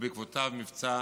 ובעקבות מבצע